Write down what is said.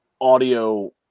audio